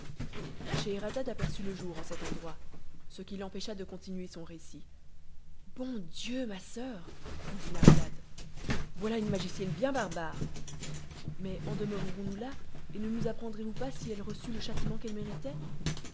scheherazade aperçut le jour en cet endroit ce qui l'empêcha de continuer son récit bon dieu ma soeur dit dinarzade voilà une magicienne bien barbare mais en demeurerons nous là et ne nous apprendrez vous pas si elle reçut le châtiment qu'elle méritait